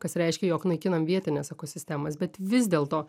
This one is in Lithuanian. kas reiškia jog naikinam vietines ekosistemas bet vis dėlto